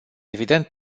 evident